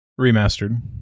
Remastered